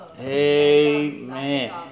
Amen